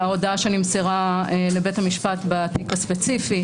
שנמסרה לבית המשפט בתיק הספציפי.